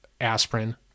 aspirin